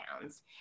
pounds